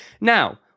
now